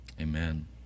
Amen